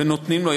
ונותנים לו,